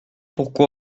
pourquoi